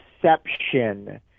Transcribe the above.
perception